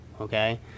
okay